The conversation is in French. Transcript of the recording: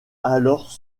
alors